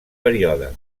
període